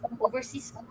overseas